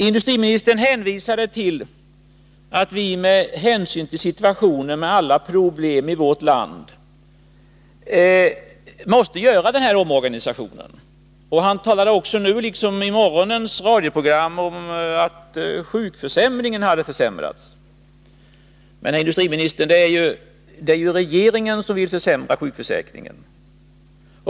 Industriministern sade att vi med hänsyn till alla problem i vårt land måste göra den här omorganisationen. Nu liksom i radioprogrammet i morse talade han om att sjukförsäkringen hade försämrats. Men, herr industriminister, det är ju regeringen som vill försämra sjukförsäkringen.